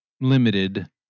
limited